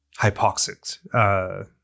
hypoxic